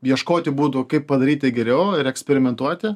ieškoti būdų kaip padaryti geriau ir eksperimentuoti